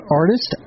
artist